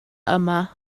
yma